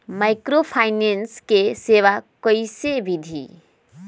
Microfinance के सेवा कइसे विधि?